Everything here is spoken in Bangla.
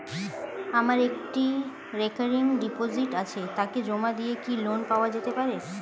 আমার একটি রেকরিং ডিপোজিট আছে তাকে জমা দিয়ে কি লোন পাওয়া যেতে পারে?